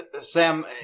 Sam